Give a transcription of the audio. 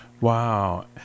Wow